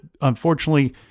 unfortunately